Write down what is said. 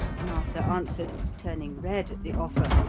martha answered, turning red at the offer,